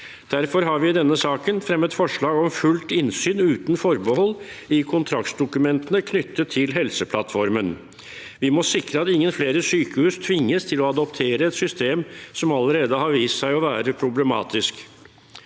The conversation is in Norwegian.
Derfor har vi i denne saken fremmet forslag om fullt innsyn, uten forbehold, i kontraktsdokumentene knyttet til Helseplattformen. Vi må sikre at ingen flere sykehus tvinges til å adoptere et system som allerede har vist seg å være problematisk.